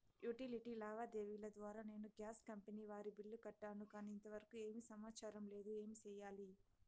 Utility లావాదేవీల ద్వారా నేను గ్యాస్ కంపెని వారి బిల్లు కట్టాను కానీ ఇంతవరకు ఏమి సమాచారం లేదు, ఏమి సెయ్యాలి?